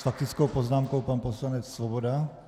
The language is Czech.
S faktickou poznámkou pan poslanec Svoboda.